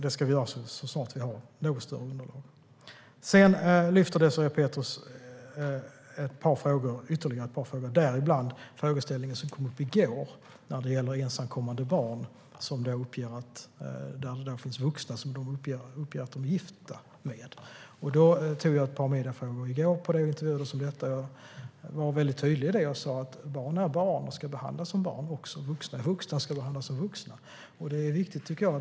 Det ska vi göra så snart vi har ett något större underlag. Désirée Pethrus lyfter ytterligare ett par frågor, däribland den frågeställning som kom upp i går när det gäller ensamkommande barn som uppger att det finns vuxna som de är gifta med. Jag fick ett par mediefrågor i går om det och intervjuades om detta. Jag var väldigt tydlig i det jag sa: Barn är barn och ska behandlas som barn. Vuxna är vuxna och ska behandlas som vuxna.